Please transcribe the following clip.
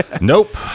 Nope